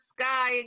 sky